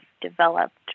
developed